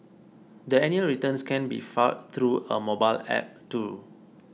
the annual returns can be filed through a mobile app too